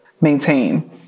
maintain